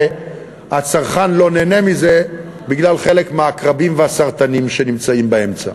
הוא שהצרכן לא נהנה מזה בגלל חלק מהעקרבים והסרטנים שנמצאים באמצע.